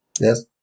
Yes